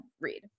read